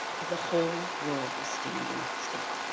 of the whole world is standing still.